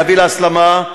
להביא להסלמה,